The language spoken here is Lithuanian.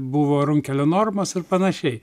buvo runkelio normos ir panašiai